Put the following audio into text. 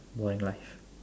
boring life